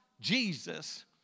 Jesus